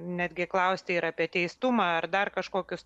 netgi klausti ir apie teistumą ar dar kažkokius